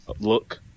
look